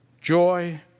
joy